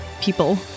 people